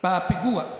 בפיגוע?